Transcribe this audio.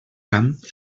camp